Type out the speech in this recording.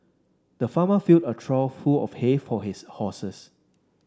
the farmer filled a trough full of hay for his horses